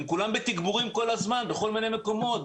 הם כולם בתגבורים כל הזמן בכל מיני מקומות,